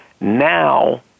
Now